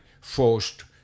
forced